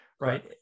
right